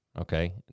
Okay